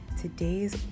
Today's